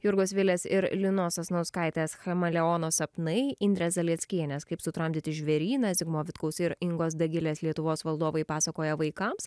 jurgos vilės ir linos sasnauskaitės chameleono sapnai indrės zalieckienės kaip sutramdyti žvėryną zigmo vitkaus ir ingos dagilės lietuvos valdovai pasakoja vaikams